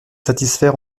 satisfaire